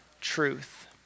truth